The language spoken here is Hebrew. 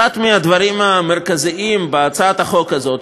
אחד הדברים המרכזיים בהצעת החוק הזאת,